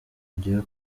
kujyayo